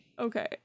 Okay